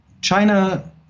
China